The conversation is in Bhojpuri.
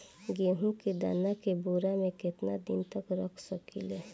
गेहूं के दाना के बोरा में केतना दिन तक रख सकिले?